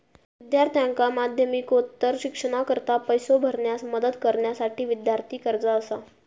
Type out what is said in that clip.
विद्यार्थ्यांका माध्यमिकोत्तर शिक्षणाकरता पैसो भरण्यास मदत करण्यासाठी विद्यार्थी कर्जा असा